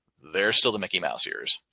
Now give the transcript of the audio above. they're still the mickey mouse ears.